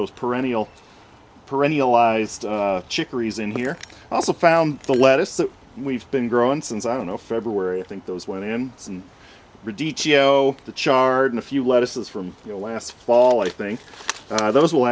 those perennial perennial lies chicken reason we're also found the lettuce that we've been grown since i don't know february i think those went in and so the chard in a few lettuce is from your last fall i think those will